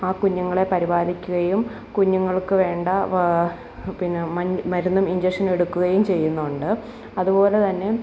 ആ കുഞ്ഞുങ്ങളെ പരിപാലിക്കുകയും കുഞ്ഞുങ്ങള്ക്കു വേണ്ട പാ പിന്നെ മൻ മരുന്നും ഇന്ഞ്ചക്ഷനും എടുക്കുകയും ചെയ്യുന്നുണ്ട് അതു പോലെ തന്നെ